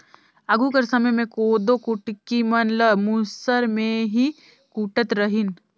आघु कर समे मे कोदो कुटकी मन ल मूसर मे ही कूटत रहिन